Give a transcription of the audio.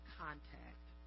contact